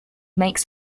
makes